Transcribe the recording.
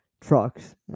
Trucks